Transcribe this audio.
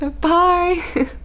Bye